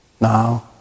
Now